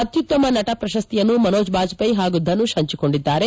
ಅತ್ಯುತ್ತಮ ನಟ ಪ್ರಶಸ್ತಿಯನ್ನು ಮನೋಜ್ ಬಾಜಪೇಯಿ ಹಾಗೂ ಧನುಷ್ ಹಂಚಿಕೊಂಡಿದ್ದಾರೆ